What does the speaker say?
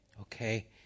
okay